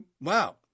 Wow